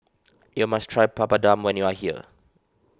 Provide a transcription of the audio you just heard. you must try Papadum when you are here